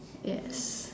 yes